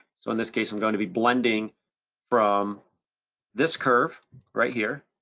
so in this case, i'm gonna be blending from this curve right here